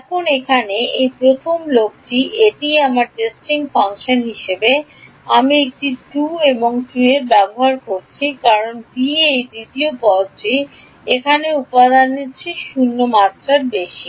এখন এখানে এই প্রথম লোকটি এটিই আমার টেস্টিং ফাংশন হিসাবে আমি একটি 2 এ 2 এ ব্যবহার করছি কারণ b এই দ্বিতীয় পদটি এখানে এর উপাদানটির চেয়ে 0 বেশি